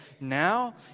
Now